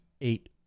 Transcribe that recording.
eight